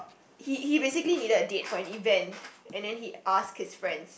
he he basically needed a date for an event and then he ask his friends